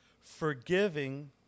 forgiving